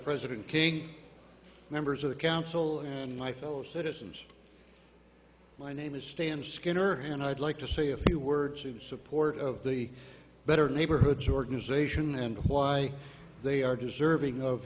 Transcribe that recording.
president king members of the council and my fellow citizens my name is stan skinner and i'd like to say a few words in support of the better neighborhoods organization and why they are deserving of